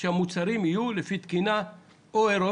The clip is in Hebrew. שהמוצרים יהיו לפי תקינה אירופאית